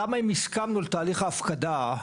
למה אם הסכמנו לתהליך ההפקדה,